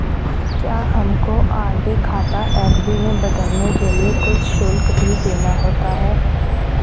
क्या हमको आर.डी खाता एफ.डी में बदलने के लिए कुछ शुल्क भी देना होता है?